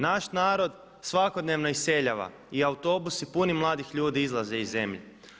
Naš narod svakodnevno iseljava i autobusi puni mladih ljudi izlaze iz zemlje.